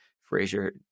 Frazier